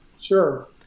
Sure